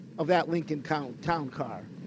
of that lincoln kind of towncar.